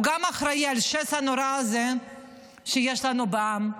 הוא גם אחראי לשסע הנורא הזה שיש לנו בעם,